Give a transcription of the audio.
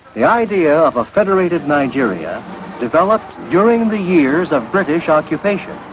the idea of a federated nigeria developed during the years of british occupation.